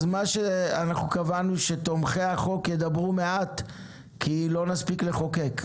מה שאמרנו הוא שתומכי החוק ידברו מעט כי אחרת לא נספיק לחוקק.